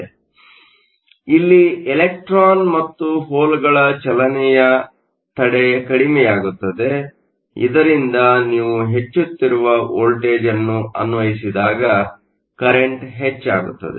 ಆದ್ದರಿಂದ ಇಲ್ಲಿ ಇಲೆಕ್ಟ್ರಾನ್ ಮತ್ತು ಹೋಲ್ಗಳ ಚಲನೆಯ ತಡೆ ಕಡಿಮೆಯಾಗುತ್ತದೆ ಇದರಿಂದ ನೀವು ಹೆಚ್ಚುತ್ತಿರುವ ವೋಲ್ಟೇಜ್ ಅನ್ನು ಅನ್ವಯಿಸಿದಾಗ ಕರೆಂಟ್ ಹೆಚ್ಚಾಗುತ್ತದೆ